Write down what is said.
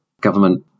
government